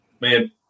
man